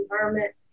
environment